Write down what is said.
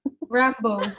Rambo